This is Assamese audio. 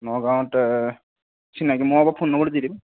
নগাঁৱত অঁ চিনাকি মই ফোন নম্বৰটো দি দিম